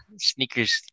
Sneakers